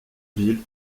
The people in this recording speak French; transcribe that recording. ville